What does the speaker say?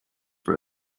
for